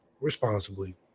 responsibly